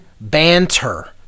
banter